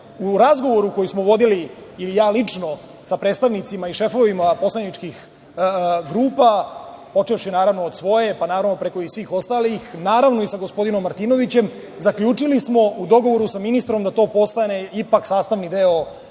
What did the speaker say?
u razgovoru koji smo vodili, ili ja lično, sa predstavnicima i šefovima poslaničkih grupa, počevši, naravno, od svoje, pa preko i svih ostalih, naravno i sa gospodinom Martinovićem, zaključili smo u dogovoru sa ministrom da to postane ipak sastavni deo